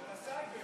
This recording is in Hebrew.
של הסייבר.